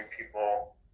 people